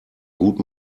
gut